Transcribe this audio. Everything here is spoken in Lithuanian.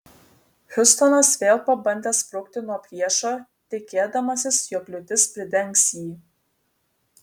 hiustonas vėl pabandė sprukti nuo priešo tikėdamasis jog liūtis pridengs jį